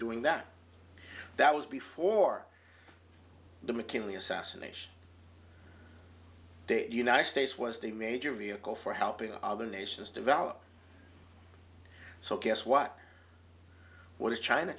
doing that that was before the mckinley assassination the united states was the major vehicle for helping other nations develop so guess what what is china